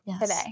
today